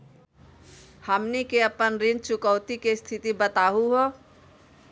हमनी के अपन ऋण चुकौती के स्थिति बताहु हो?